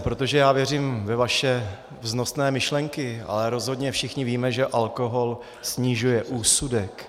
Protože já věřím ve vaše vznosné myšlenky, ale rozhodně všichni víme, že alkohol snižuje úsudek.